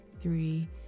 three